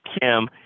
Kim